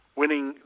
winning